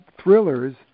thrillers